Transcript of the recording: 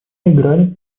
играли